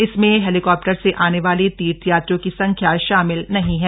इसमें हेलीकॉप्टर से आनेवाले तीर्थयात्रियों की संख्या शामिल नहीं है